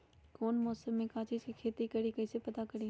कौन मौसम में का चीज़ के खेती करी कईसे पता करी?